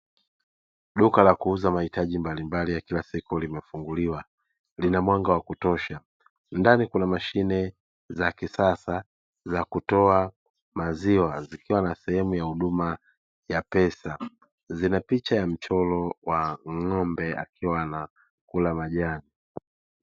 Duka la kuuza mahitaji mbalimbali ya kilasiku limefunguliwa, lina mwanga wa kutosha. Ndani kuna mashine za kisasa za kutoa maziwa zikiwa na sehemu ya huduma ya pesa, zina picha ya mchoro wa ng'ombe akiwa anakula majani.